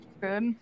good